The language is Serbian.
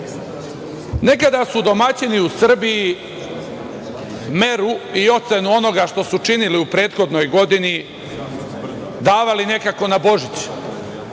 merilo. Nekada su domaćini u Srbiji meru i ocenu onoga što su učinili u prethodnoj godini, davali nekako na Božić.